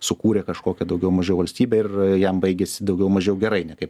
sukūrė kažkokią daugiau mažiau valstybę ir jam baigės daugiau mažiau gerai ne kaip